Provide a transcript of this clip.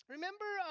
Remember